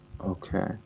Okay